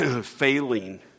failing